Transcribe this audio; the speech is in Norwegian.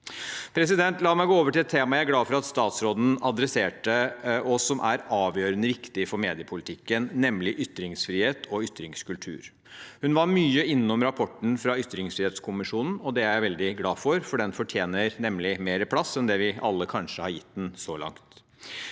(…)». La meg gå over til et tema jeg er glad for at statsråden tok opp, og som er avgjørende viktig for mediepolitikken, nemlig ytringsfrihet og ytringskultur. Hun var mye innom rapporten fra ytringsfrihetskommisjonen, og det er jeg veldig glad for, for den fortjener nemlig mer plass enn det vi alle kanskje har gitt den så langt.